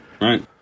Right